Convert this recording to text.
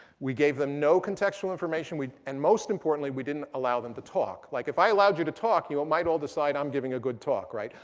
we gave them no contextual information. and most importantly, we didn't allow them to talk. like, if i allowed you to talk, you ah might all decide i'm giving a good talk, right?